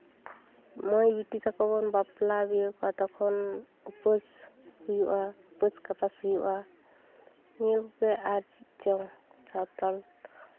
ᱢᱟᱹᱭ ᱵᱤᱴᱤ ᱛᱟᱠᱚ ᱵᱚᱱ ᱵᱟᱯᱞᱟ ᱵᱤᱦᱟᱹ ᱠᱚᱣᱟ ᱛᱚᱠᱷᱚᱱ ᱩᱯᱟᱹᱥ ᱦᱩᱭᱩᱜᱼᱟ ᱩᱯᱟᱹᱥ ᱠᱟᱯᱟᱥ ᱦᱩᱭᱩᱜᱼᱟ ᱱᱤᱭᱟᱹ ᱠᱚᱜᱮ ᱟᱨ ᱪᱮᱫ ᱪᱚᱝ ᱥᱟᱶᱛᱟᱞ